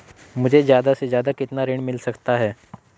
मुझे ज्यादा से ज्यादा कितना ऋण मिल सकता है?